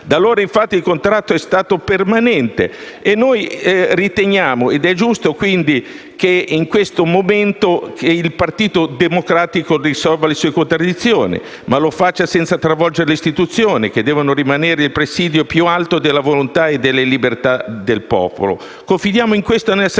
Da allora, infatti, il contrasto è stato permanente. Noi riteniamo che sia giunto il momento che il Partito Democratico risolva le sue contraddizioni, ma lo faccia senza travolgere le istituzioni, che devono rimanere il presidio più alto della volontà e delle libertà del popolo. Confidiamo in questo nella saggezza